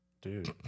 Dude